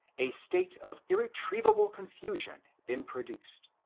a state of irretrievable confusion been produced,